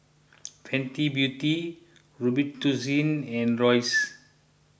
Fenty Beauty Robitussin and Royce